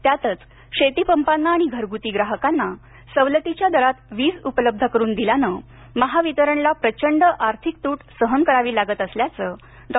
त्यातच शेतीपंपाना आणि घरगुती ग्राहकांना सवलतीच्या दरात वीज उपलब्ध करून दिल्याने महावितरण ला प्रचंड आर्थिक तूट सहन करावी लागत असल्याचं डॉ